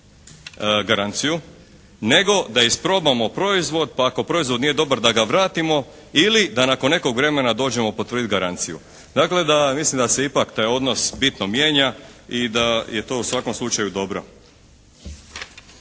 nego da isprobamo proizvod pa ako proizvod nije dobar da ga vratimo ili da nakon nekog vremena dođemo potvrditi garanciju. Dakle, mislim da se taj odnos ipak bitno mijenja i da je to u svakom slučaju dobro.